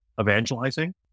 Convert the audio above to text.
evangelizing